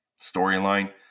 storyline